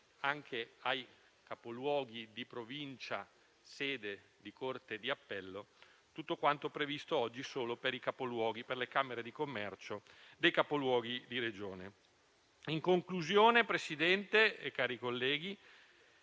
anche ai capoluoghi di Provincia, sede di corte di appello, tutto quanto previsto oggi solo per le camere di commercio dei capoluoghi di Regione. In conclusione, Presidente, cari colleghi,